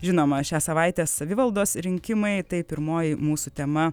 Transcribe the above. žinoma šią savaitę savivaldos rinkimai tai pirmoji mūsų tema